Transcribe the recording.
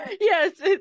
Yes